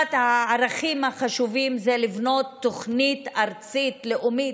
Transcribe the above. אחד הערכים החשובים זה לבנות תוכנית ארצית-לאומית,